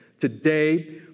today